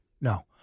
No